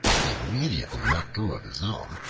he immediately let go of his own,